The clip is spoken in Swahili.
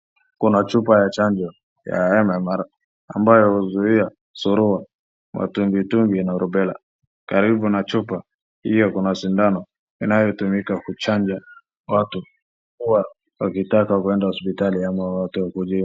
Kuna chupa ya chanjo ya MMR ambayo huzuia suruha, matumbitumbi na rubela. Karibu na chupa hiyo kuna sindano inayotumika kuchanja watu wakitaka kuenda hosipitali.